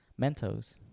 Mentos